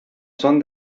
son